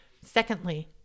Secondly